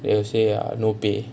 they will say err no pay